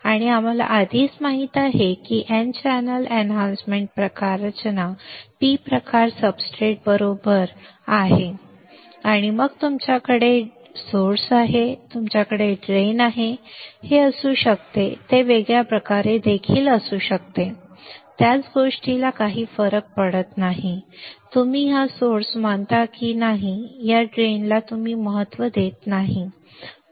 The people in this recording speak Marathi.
आणि आम्हाला आधीच माहित आहे की N चॅनेल एनहॅन्समेंट प्रकार रचना P प्रकार सब्सट्रेट बरोबर आहे सब्सट्रेट आहे आणि मग तुमच्याकडे स्त्रोत आहे तुमच्याकडे ड्रेन आहे हे असे असू शकते ते वेगळ्या प्रकारे देखील असू शकते त्याच गोष्टीला काही फरक पडत नाही तुम्ही हा स्त्रोत मानता की नाही या ड्रेनला तुम्ही महत्त्व देत नाही